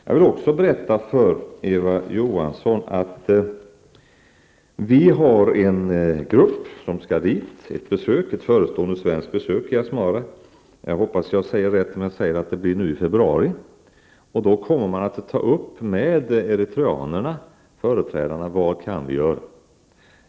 Jag vill också berätta för Eva Johansson att en svensk grupp skall besöka Asmara i februari -- jag hoppas att jag säger rätt tidpunkt. Den kommer då att ta upp med företrädare för Eritrea vad vi kan göra.